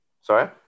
Sorry